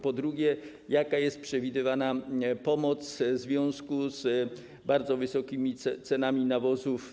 Po drugie: Jaka jest przewidywana pomoc dla rolników w związku z bardzo wysokimi cenami nawozów?